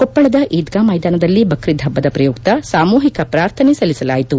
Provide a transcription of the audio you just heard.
ಕೊಪ್ಪಳದ ಈದ್ಗಾ ಮೈದಾನದಲ್ಲಿ ಬಕ್ರೀದ್ ಹಬ್ಬದ ಪ್ರಯುಕ್ತ ಸಾಮೂಹಿಕ ಪ್ರಾರ್ಥನೆ ಸಲ್ಲಿಸಲಾಯಿತು